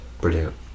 Brilliant